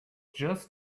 just